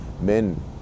men